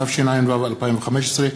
התשע"ו 2015,